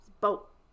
boat